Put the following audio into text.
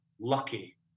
lucky